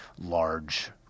large